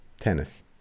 Tennis